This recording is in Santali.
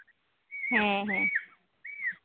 ᱦᱮᱸ